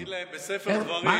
תגיד להם שבספר דברים,